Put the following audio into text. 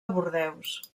bordeus